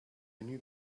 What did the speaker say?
venus